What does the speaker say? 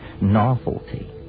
novelty